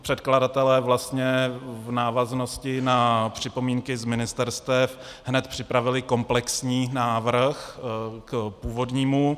Předkladatelé vlastně v návaznosti na připomínky z ministerstev hned připravili komplexní návrh k původnímu.